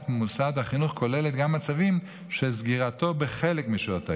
מוסד החינוך כוללת גם מצבים של סגירתו בחלק משעות היום.